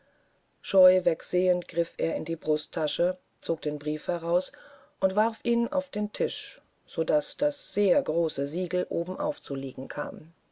scheu wegsehend griff er in die brusttasche zog einen brief heraus und warf ihn so auf den tisch daß das sehr große siegel obenauf zu liegen kam